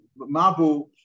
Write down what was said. Mabu